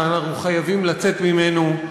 שאנחנו חייבים לצאת ממנו,